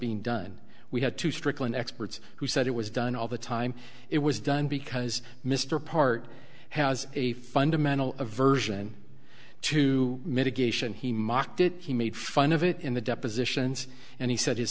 being done we had to strickland experts who said it was done all the time it was done because mr part has a fundamental aversion to mitigation he mocked it he made fun of it in the depositions and he said his